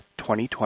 2020